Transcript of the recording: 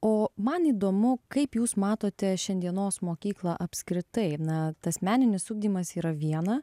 o man įdomu kaip jūs matote šiandienos mokyklą apskritai na tas meninis ugdymas yra viena